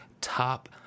top